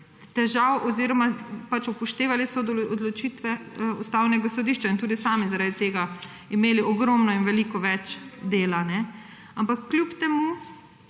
težav oziroma upoštevali so odločitve Ustavnega sodišča in tudi sami zaradi tega imeli ogromno in veliko več dela. Ampak kljub temu